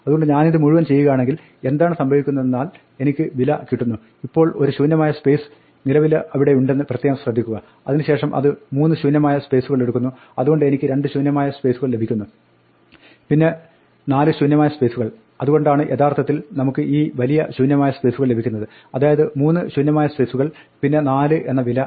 അതുകൊണ്ട് ഞാനിത് മുഴുവൻ ചെയ്യുകയാണെങ്കിൽ എന്താണ് സംഭവിക്കുന്നതെന്നാൽ എനിക്ക് വില കിട്ടുന്നു ഇപ്പോൾ ഒരു ശൂന്യമായ സ്പേസ് നിലവിലിവിടെയുണ്ടെന്ന് പ്രത്യേകം ശ്രദ്ധിക്കുക അതിന് ശേഷം അത് മൂന്ന് ശൂന്യമായ സ്പേസുകളെടുക്കുന്നു അതുകൊണ്ട് എനിക്ക് രണ്ട് ശൂന്യമായ സ്പേസുകൾ ലഭിക്കുന്നു പിന്നെ നാല് ശൂന്യമായ സ്പേസുകൾ അതുകൊണ്ടാണ് യഥാർത്ഥത്തിൽ നമുക്ക് ഈ വലിയ ശൂന്യമായ സ്പേസുകൾ ലഭിക്കുന്നത് അതായത് മൂന്ന് ശൂന്യമായ സ്പേസുകൾ പിന്നെ 4 എന്ന വില